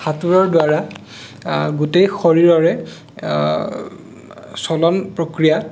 সাঁতোৰৰ দ্বাৰা গোটেই শৰীৰৰে চলন প্ৰক্ৰিয়া